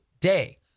Day